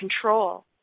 control